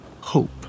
hope